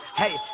hey